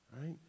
Right